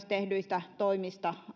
tehdyistä toimista